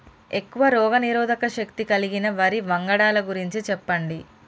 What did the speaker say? ఎక్కువ రోగనిరోధక శక్తి కలిగిన వరి వంగడాల గురించి చెప్పండి?